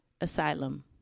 asylum